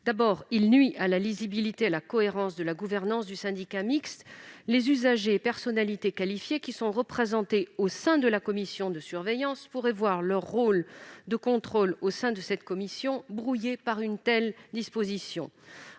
d'abord, il nuit à la lisibilité et à la cohérence de la gouvernance du syndicat mixte. Les usagers et personnalités qualifiées qui sont représentés au sein de la commission de surveillance pourraient voir leur rôle de contrôle au sein de cette commission brouillé par une telle disposition.